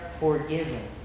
forgiven